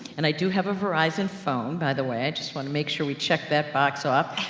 and i do have verizon and phone, by the way. i just want to make sure we check that box up.